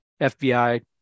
FBI